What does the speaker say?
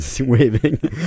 waving